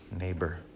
neighbor